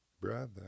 brother